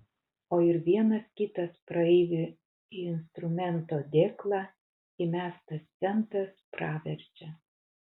o ir vienas kitas praeivių į instrumento dėklą įmestas centas praverčia